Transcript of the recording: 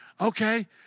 Okay